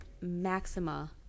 Maxima